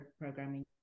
programming